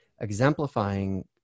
exemplifying